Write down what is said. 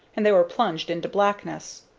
and they were plunged into blackness.